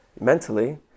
Mentally